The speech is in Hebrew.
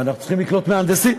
ואנחנו צריכים לקלוט מהנדסים,